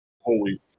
Holy